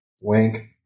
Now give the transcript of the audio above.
wink